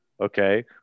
Okay